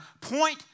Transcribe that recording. point